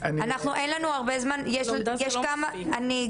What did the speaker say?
אין לנו הרבה זמן ועוד יש לי כמה משרדים,